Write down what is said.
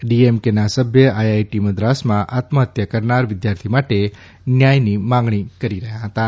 ડીએમકેના સભ્ય આઇઆઇટી મદ્રાસમાં આત્મહત્યા કરનાર વિદ્યાર્થી માટે ન્યાયની માંગણી કરી રહ્યાં હતાં